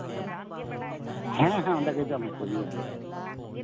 ᱦᱮᱸ ᱦᱮᱸ ᱚᱸᱰᱮᱜᱮ ᱡᱚᱢ ᱦᱚᱪᱚᱭᱮᱭᱟᱭ